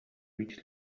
reached